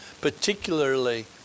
particularly